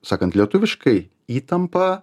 sakant lietuviškai įtampa